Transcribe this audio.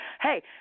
Hey